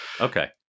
Okay